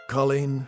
Colleen